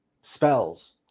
spells